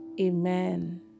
Amen